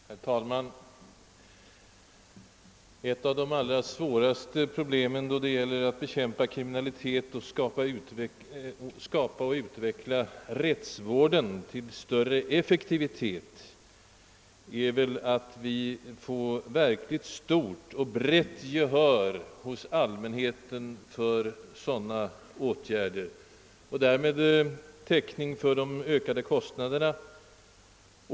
Herr talman! Ett av de allra svåraste problemen då det gäller att bekämpa kriminalitet och utveckla rättsvården till större effektivitet är väl att få verkligt starkt och omfattande gehör hos allmänheten för sådana åtgärder och därmed kostnadstäckning för dessa.